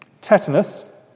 Tetanus